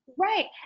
Right